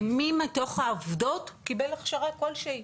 מי מתוך העובדות קיבל הכשרה כלשהי,